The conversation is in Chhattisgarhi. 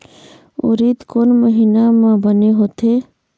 उरीद कोन महीना म बने होथे?